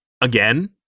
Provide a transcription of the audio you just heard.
again